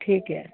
ਠੀਕ ਹੈ